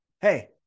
Hey